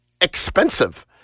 expensive